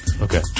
Okay